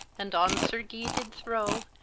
and on sir guy did throwe,